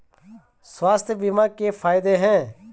स्वास्थ्य बीमा के फायदे हैं?